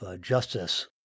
justice